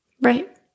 Right